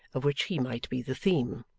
of which he might be the theme.